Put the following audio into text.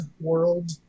world